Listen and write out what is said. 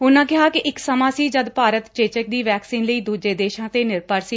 ਉਨੁਾਂ ਕਿਹਾ ਕਿ ਇਕ ਸਮਾਂ ਸੀ ਜਦ ਭਾਰਤ ਚੇਚਕ ਦੀ ਵੈਕਸੀਨ ਲਈ ਦੁਜੇ ਦੇਸ਼ਾਂ ਤੇ ਨਿਰਭਰ ਸੀ